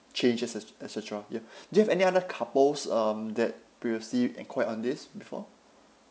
change et cet~ et cetera ya do you have any other couples um that previously enquired on this before